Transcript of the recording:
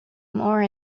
more